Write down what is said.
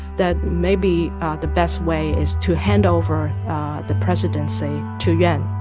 that maybe the best way is to hand over the presidency to yuan